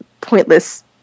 pointless